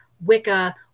Wicca